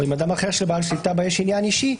או עם אדם אחר של בעל שליטה בה יש עניין אישי,